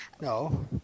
No